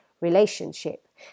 relationship